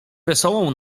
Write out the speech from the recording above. wesołą